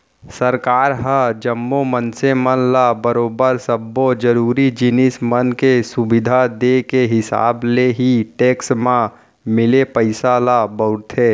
सरकार ह जम्मो मनसे मन ल बरोबर सब्बो जरुरी जिनिस मन के सुबिधा देय के हिसाब ले ही टेक्स म मिले पइसा ल बउरथे